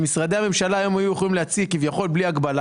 אם משרדי הממשלה היו יכולים היום להוציא בלי הגבלה,